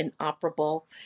inoperable